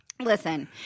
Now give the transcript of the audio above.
listen